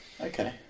Okay